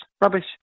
Rubbish